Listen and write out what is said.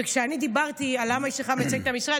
וכשאני דיברתי על "למה אשתך מייצגת את המשרד",